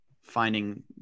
finding